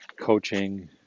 Coaching